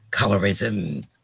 colorism